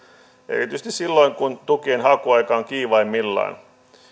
erityisesti silloin kun tukien hakuaika on kiivaimmillaan